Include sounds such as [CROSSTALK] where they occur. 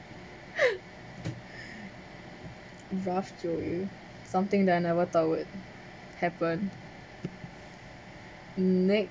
[LAUGHS] rough to you something that I never thought would happen next